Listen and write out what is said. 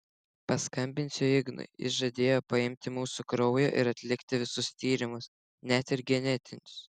paskambinsiu ignui jis žadėjo paimti mūsų kraujo ir atlikti visus tyrimus net ir genetinius